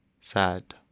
sad